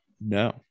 No